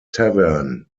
tavern